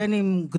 בין קטנים,